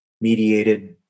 mediated